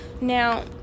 Now